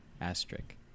asterisk